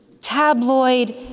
tabloid